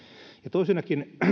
toisena